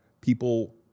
people